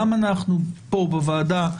וגם אנחנו פה בוועדה,